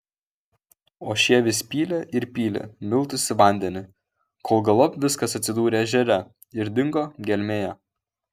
o šie vis pylė ir pylė miltus į vandenį kol galop viskas atsidūrė ežere ir dingo gelmėje